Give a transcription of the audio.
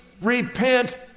repent